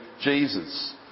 Jesus